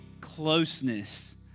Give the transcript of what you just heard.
closeness